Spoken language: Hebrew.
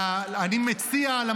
בכל מקרה,